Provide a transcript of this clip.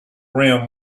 rim